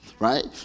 right